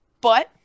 but-